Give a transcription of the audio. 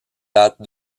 date